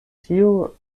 tio